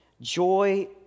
Joy